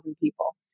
people